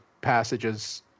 passages